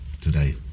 today